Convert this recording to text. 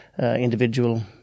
individual